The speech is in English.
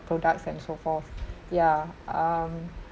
products and so forth yeah um